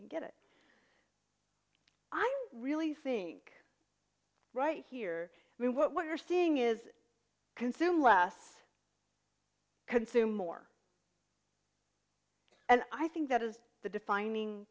can get it i really think right here i mean what you're seeing is consume less consume more and i think that is the defining